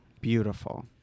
beautiful